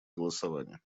голосования